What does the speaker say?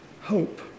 hope